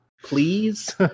please